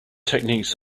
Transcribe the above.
techniques